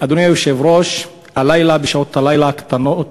אדוני היושב-ראש, הלילה, בשעות הלילה הקטנות,